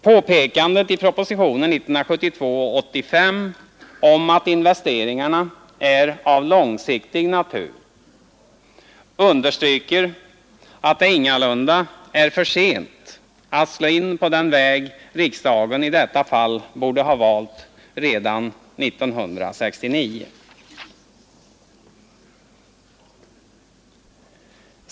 Påpekandet i propositionen nr 85 år 1972 om att investeringarna är av långsiktig natur understryker att det ingalunda är för sent att slå in på den väg riksdagen i detta fall borde ha valt redan år 1969.